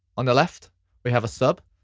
on the left we have a sub,